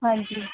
ਹਾਂਜੀ